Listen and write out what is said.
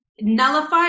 nullified